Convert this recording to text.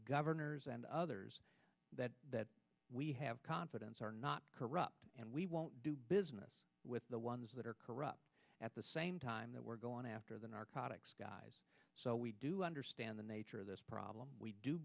governors and others that we have confidence are not corrupt and we won't do business with the ones that are corrupt at the same time that we're going after the narcotics guys so we do understand the nature of this problem we do